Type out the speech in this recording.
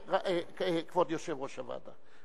כבוד יושב-ראש הוועדה,